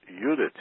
unity